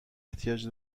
احتیاج